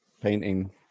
painting